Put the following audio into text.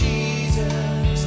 Jesus